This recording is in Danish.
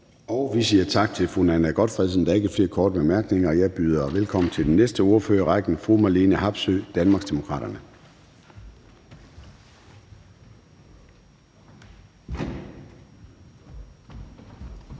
Vi siger tak til fru Nanna W. Gotfredsen. Der er ikke flere korte bemærkninger, og jeg byder velkommen til den næste ordfører i rækken, fru Marlene Harpsøe, Danmarksdemokraterne.